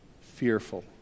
fearful